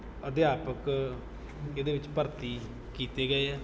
ਅਧਿਆਪਕ ਇਹਦੇ ਵਿੱਚ ਭਰਤੀ ਕੀਤੇ ਗਏ ਹੈ